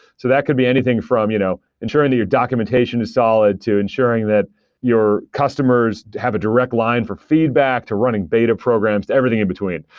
so that could be anything from you know ensuring that your documentation is solid, to ensuring that your customers to have a direct line for feedback, to running beta programs, to everything in between.